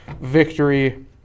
victory